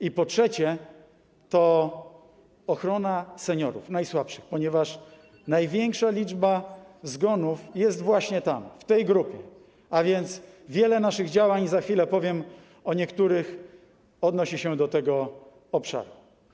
I po trzecie, ochrona seniorów, najsłabszych, ponieważ największa liczba zgonów jest właśnie w tej grupie, a więc wiele naszych działań - za chwilę powiem o niektórych - odnosi się do tego obszaru.